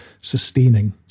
sustaining